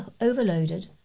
overloaded